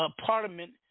parliament